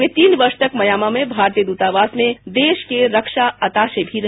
वे तीन वर्ष तक म्यांमा में भारतीय दूतावास में देश के रक्षा अताशे भी रहे